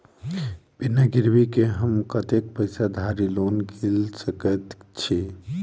बिना गिरबी केँ हम कतेक पैसा धरि लोन गेल सकैत छी?